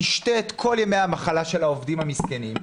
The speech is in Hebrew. תשתה את כל ימי המחלה של העובדים המסכנים,